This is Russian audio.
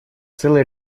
целый